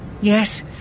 Yes